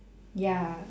ya